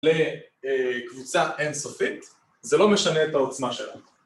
‫לקבוצה אין סופית, ‫זה לא משנה את העוצמה שלה.